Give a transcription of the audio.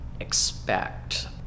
expect